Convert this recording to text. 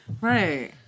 Right